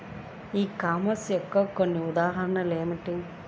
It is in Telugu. ఈ కామర్స్ యొక్క కొన్ని ఉదాహరణలు ఏమిటి?